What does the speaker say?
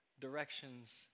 directions